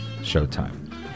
showtime